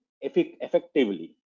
effectively